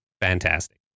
fantastic